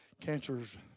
Cancer's